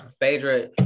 Phaedra